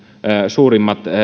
suurimmat